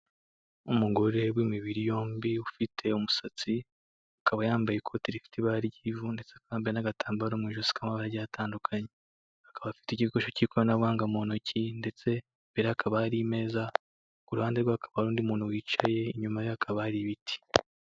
Umugore w'imibiri yombi ufite umusatsi, akaba yambaye ikoti rifite ibara ry'impu ndetse yambaye agatambaro mu ijosi k'amabara atandukanye akaba afite igikoresho k'ikoranabuhanga mu ntoki ndetse imbere ye hakaba hari imeza, ku ruhande rwe hakaba hari umuntu wicaye, inyuma ye hakaba hari ibiti.